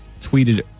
tweeted